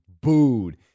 booed